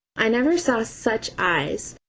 i never saw such eyes!